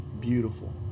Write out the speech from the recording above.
beautiful